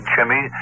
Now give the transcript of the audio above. Jimmy